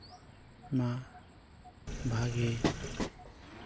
ᱚᱱᱟ ᱵᱷᱟᱜᱮ